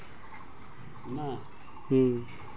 रेशम उत्पादनेर प्रक्रिया अत्ते आसान नी छेक